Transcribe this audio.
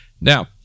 now